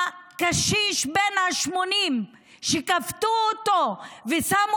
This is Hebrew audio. הקשיש בן ה-80 שהחיילים כפתו אותו ושמו